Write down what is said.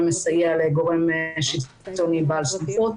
גורם מסייע לגורם שלטוני בעל סמכות.